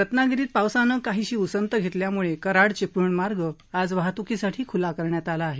रत्नागिरीत पावसानं काहीशी उसंत घेतल्यामुळे कराड चिपळूण मार्ग आज वाहतुकीसाठी खुला करण्यात आला आहे